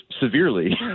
severely